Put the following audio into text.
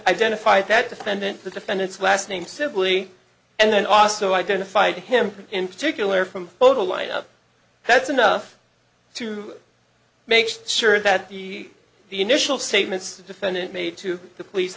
identified that defendant the defendant's last name simply and also identified him in particular from photo lineup that's enough to make sure that the the initial statements defendant made to the police